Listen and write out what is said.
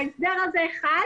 ההסדר הזה חל